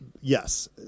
Yes